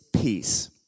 peace